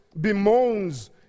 bemoans